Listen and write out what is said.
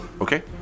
Okay